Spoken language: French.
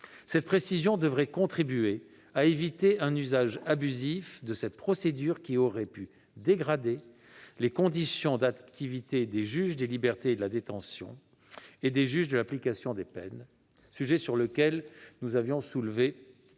Cette précision devrait contribuer à éviter un usage abusif de la procédure, lequel aurait pu dégrader les conditions d'activité des juges des libertés et de la détention et des juges de l'application des peines, ainsi que nous en avions exprimé